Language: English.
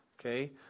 Okay